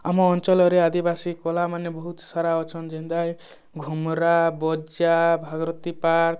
ଆମ ଅଞ୍ଚଳରେ ଆଦିବାସୀ କଲା ମାନେ ବହୁତ ସାରା ଅଛନ୍ ଯେନ୍ତା ଘୁମୁରା ବଜା ଭାଗରଥି ପାର୍କ